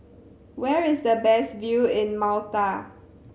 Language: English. where is the best view in Malta